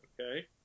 Okay